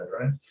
right